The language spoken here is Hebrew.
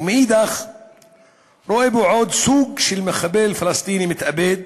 ומאידך גיסא רואה בו עוד סוג של מחבל פלסטיני מתאבד